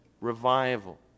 revival